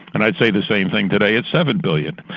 and i would say the same thing today at seven billion.